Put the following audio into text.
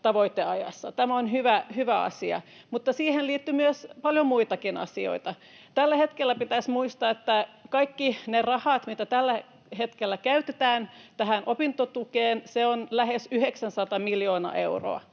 Tämä on hyvä asia. Mutta siihen liittyy paljon muitakin asioita. Pitäisi muistaa, että kaikki ne rahat, mitä tällä hetkellä käytetään opintotukeen, ovat lähes 900 miljoonaa euroa.